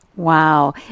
Wow